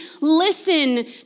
listen